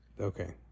Okay